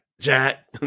Jack